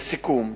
לסיכום,